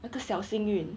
那个小幸运